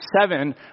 seven